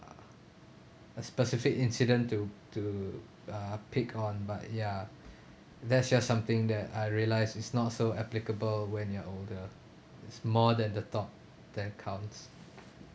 a specific incident to to uh pick on but ya that's just something that I realise it's not so applicable when you're older it's more than the thought that counts